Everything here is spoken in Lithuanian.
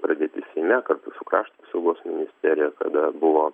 pradėti seime kartu su krašto apsaugos ministerija kada buvo